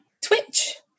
Twitch